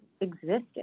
existed